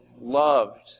loved